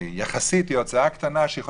וזאת דווקא הוצאה קטנה יחסית,